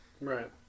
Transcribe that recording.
right